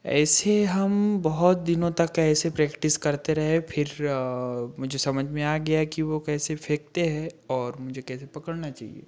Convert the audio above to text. ऐसे हम बहुत दिनों तक कैसे प्रैक्टिस करते रहे फिर मुझे समझ में आ गया कि वह कैसे फेंकते हैं और मुझे कैसे पकड़ना चाहिए